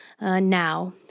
now